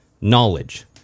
Knowledge